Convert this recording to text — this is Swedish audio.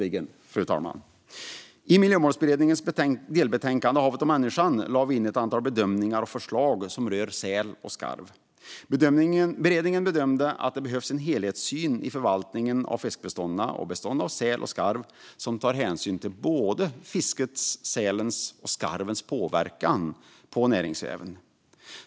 I Miljömålsberedningens delbetänkande Havet och människan lade vi in ett antal bedömningar och förslag som rör säl och skarv. Beredningen bedömde att det behövs en helhetssyn i förvaltningen av fiskbestånden och bestånden av säl och skarv som tar hänsyn till fiskets, sälens och skarvens påverkan på näringsväven.